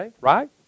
Right